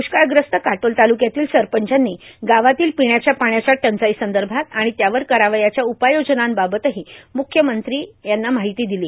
दृष्काळग्रस्त काटोल तालुक्यातील सरपंचांनी गावातील पिण्याच्या पाण्याच्या टंचाईसंदर्भात आणि त्यावर करावयाच्या उपाययोजनाबाबतही म्ख्यमंत्री यांना माहिती दिली